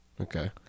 Okay